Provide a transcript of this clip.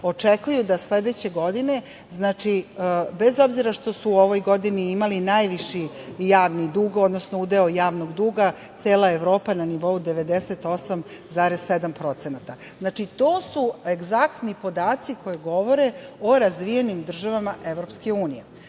očekuju da sledeće godine, bez obzira što su u ovoj godini imali najviši javni dug, odnosno udeo javnog duga cela Evropa na nivou 98,7%. Znači, to su egzaktni podaci koji govore o razvijenim državama EU.Šta